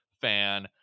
fan